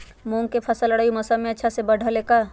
मूंग के फसल रबी मौसम में अच्छा से बढ़ ले का?